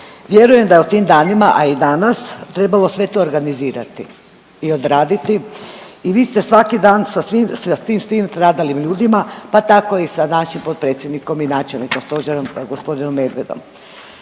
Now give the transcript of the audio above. Vjerujem da je u tim danima, a i danas, trebalo sve to organizirati i odraditi i vi ste svaki dan sa svim, sa svim tim stradalim ljudima, pa tako i sa našim potpredsjednikom i načelnikom stožerom g. Medvedom.